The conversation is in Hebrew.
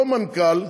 אותו מנכ"ל,